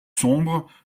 sombre